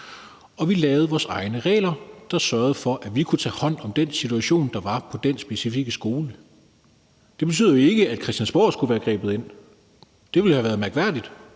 Vi lavede vores egne regler, der sørgede for, at vi kunne tage hånd om den situation, der var på den specifikke skole. Det betyder jo ikke, at Christiansborg skulle have grebet ind. Det ville have været mærkværdigt,